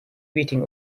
beating